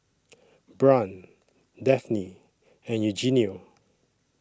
Brant Daphne and Eugenio